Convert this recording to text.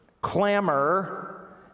clamor